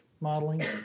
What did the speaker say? modeling